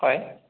হয়